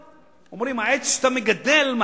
אומרים: העץ שאתה מגדל,